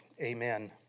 amen